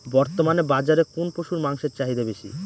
বর্তমান বাজারে কোন পশুর মাংসের চাহিদা বেশি?